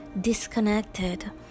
disconnected